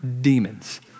demons